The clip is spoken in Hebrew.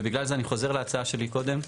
ובגלל זה אני חושב להצעה שלי קודם,